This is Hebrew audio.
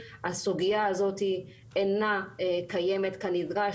הסוגיה הזאת אינה קיימת כנדרש,